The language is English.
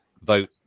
vote